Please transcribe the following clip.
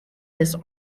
this